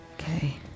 Okay